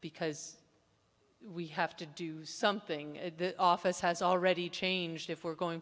because we have to do something at the office has already changed if we're going